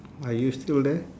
are you still there